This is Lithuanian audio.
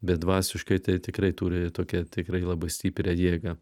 bet dvasiškai tai tikrai turi tokią tikrai labai stiprią jėgą